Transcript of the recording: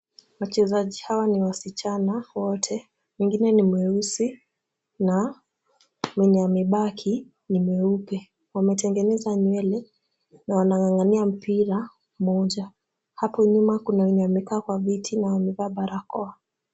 Wachezaji hawa ni wasichana wote. Wengine ni mweusi, na mwenye amebaki ni weupe. Wametengeneza nywele na wanang'ang'ania mpira mmoja. Hapo nyuma kuna wenye wamekaa kwa viti na wamevaa barakoa.